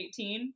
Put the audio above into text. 2018